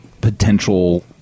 potential